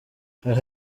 hhhh